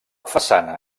façana